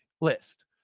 list